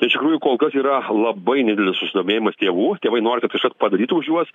tai iš tikrųjų kol kas yra labai nedidelis susidomėjimas tėvų tėvai nori kad kažkas padarytų už juos